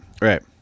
Right